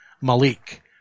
Malik